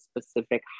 specific